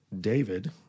David